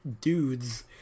dudes